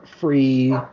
free